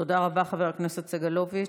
תודה רבה, חבר הכנסת סגלוביץ'.